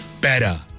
better